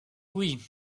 oui